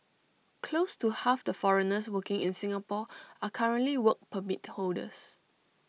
close to half the foreigners working in Singapore are currently Work Permit holders